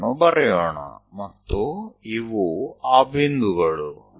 me ಅನ್ನು ಬರೆಯೋಣ ಮತ್ತು ಇವು ಆ ಬಿಂದುಗಳು